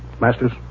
Masters